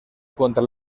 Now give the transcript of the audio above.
contra